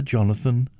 Jonathan